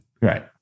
Right